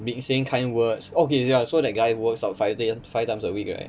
being saying kind words okay ya so that guy who works out five day five times a week right